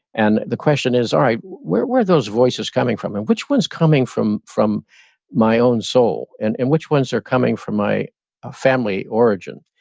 and the question is, alright, where are those voices coming from and which one's coming from from my own soul and and which ones are coming from my ah family origin?